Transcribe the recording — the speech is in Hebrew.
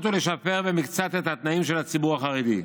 ולשפר במקצת את התנאים של הציבור החרדי.